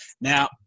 Now